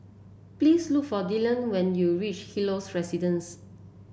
please look for Dillion when you reach Helios Residence